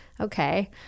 okay